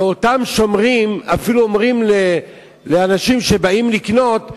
ואותם שומרים אפילו אומרים לאנשים שבאים לקנות,